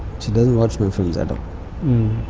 she doesn't watch my films at all.